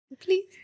please